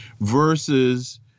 versus